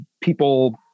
people